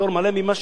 כדאי להם להחזיק.